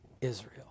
Israel